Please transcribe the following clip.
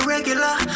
regular